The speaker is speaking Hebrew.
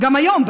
גם היום,